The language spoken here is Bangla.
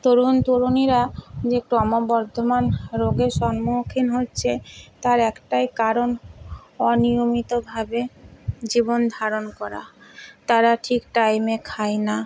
তরুণ তরুণীরা যে ক্রমবর্ধমান রোগের সম্মুখীন হচ্ছে তার একটাই কারণ অনিয়মিতভাবে জীবন ধারণ করা তারা ঠিক টাইমে খায় না